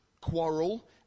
quarrel